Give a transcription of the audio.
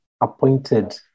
appointed